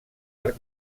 arc